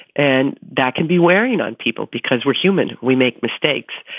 and that can be wearing on people because we're human. we make mistakes.